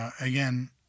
again